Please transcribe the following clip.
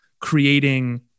creating